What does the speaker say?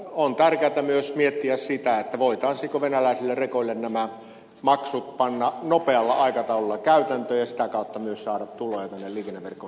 on tärkeätä myös miettiä sitä voitaisiinko venäläisille rekoille nämä maksut panna nopealla aikataululla käytäntöön ja sitä kautta myös saada tuloja liikenneverkon kehittämiseen